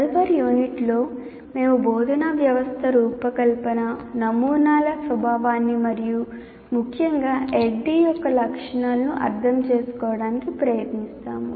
తదుపరి యూనిట్లో మేము బోధనా వ్యవస్థ రూపకల్పన నమూనాల స్వభావాన్ని మరియు ముఖ్యంగా ADDIE యొక్క లక్షణాలను అర్థం చేసుకోవడానికి ప్రయత్నిస్తాము